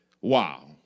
Wow